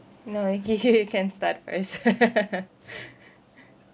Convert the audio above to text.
no you you you can start first